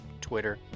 Twitter